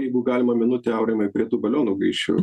jeigu galima minutę aurimai prie tų balionų grįžčiau